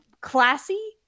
classy